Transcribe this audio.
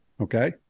okay